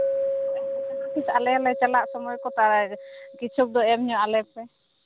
ᱛᱤᱥ ᱟᱞᱮ ᱞᱮ ᱪᱟᱞᱟᱜ ᱥᱚᱢᱚᱭ ᱠᱚ ᱠᱨᱤᱥᱚᱠ ᱫᱚ ᱮᱢ ᱧᱚᱜ ᱟᱞᱮ ᱯᱮ